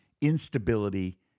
instability